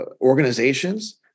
organizations